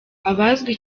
abazwi